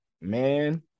man